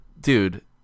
dude